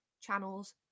channels